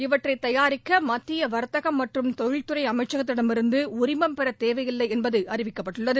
இவற்றை தயாரிக்க மத்திய வர்த்தக மற்றும் தொழில்துறை அமைச்சகத்திடமிருந்து உரிமம் பெறத் தேவையில்லை என்று அறிவிக்கப்பட்டுள்ளது